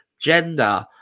gender